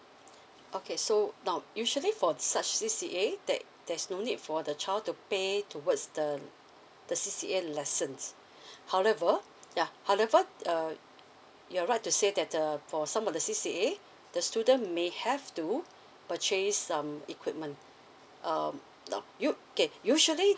okay so now usually for such C_C_A there there's no need for the child to pay towards the the C_C_A lessons however ya however uh you're right to say that uh for some of the C_C_A the student may have to purchase um equipment um now u~ okay usually